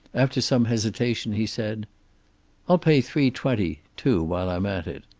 after some hesitation he said i'll pay three-twenty too, while i'm at it.